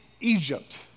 Egypt